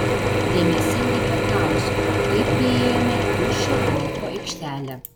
dėmesingai paklausiau kai priėjome tuščią golfo aikštelę